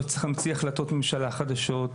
מודלים חדשים או החלטות ממשלה חדשות.